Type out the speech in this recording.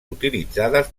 utilitzades